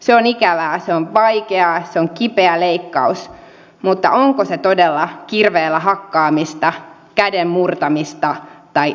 se on ikävää se on vaikeaa se on kipeä leikkaus mutta onko se todella kirveellä hakkaamista käden murtamista tai verilöyly